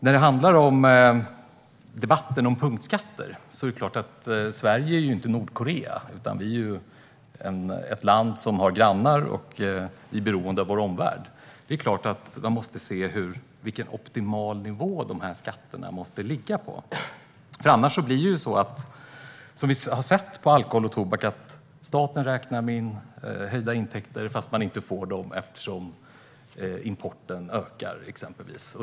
När det handlar om debatten om punktskatterna är ju Sverige inte Nordkorea, utan vi är ett land som har grannar och är beroende av omvärlden. Det är klart att man måste se vilken optimal nivå skatterna måste ligga på. Annars blir det som vi har sett att det blev med alkohol och tobak, att staten räknar in höjda intäkter fast man inte får dem eftersom importen ökar, exempelvis.